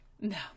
No